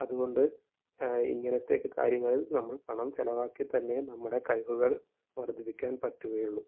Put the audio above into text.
അതുകൊണ്ട് ഇങ്ങനെത്തെ ഒക്കെ കാര്യങ്ങളിൽ നമ്മൾ പണം ചിലവാക്കിത്തന്നെയേ നമ്മുടെ കഴിവുകൾ വർദ്ധിപ്പിക്കാൻ പറ്റുകയുളളൂ